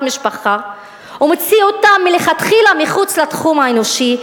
משפחה ומוציא אותם מלכתחילה מחוץ לתחום האנושי,